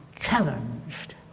challenged